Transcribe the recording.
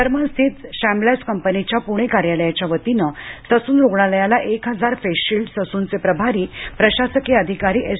जर्मनस्थित Schmalz कंपनीच्या पुणे कार्यालयाच्या वतीनं ससून रुग्णालयाला एक हजार फेस शिल्ड ससूनचे प्रभारी प्रशासकीय अधिकारी एस